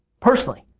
personally.